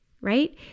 Right